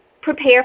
prepare